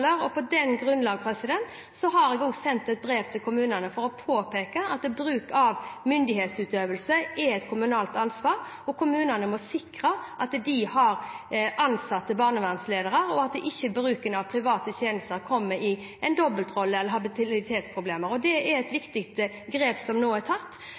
og dobbeltroller. På det grunnlag har jeg også sendt et brev til kommunene for å påpeke at bruk av myndighetsutøvelse er et kommunalt ansvar. Kommunene må sikre at de har ansatte barnevernsledere, og at ikke bruken av private tjenester kommer i en dobbeltrolle eller i habilitetsproblemer. Det er et viktig grep som nå er tatt.